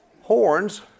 Horns